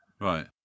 Right